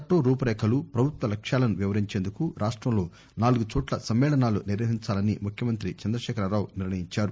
చట్లం రూపురేఖలు పభుత్వ లక్ష్యాలను వివరించేందుకు రాష్ట్రంలో నాలుగుచోట్ల సమ్మేళనాలు నిర్వహించాలని ముఖ్యమంతి చంద్రశేఖరరావు నిర్ణయించారు